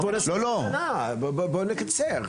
בוא נקצר.